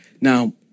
Now